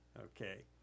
okay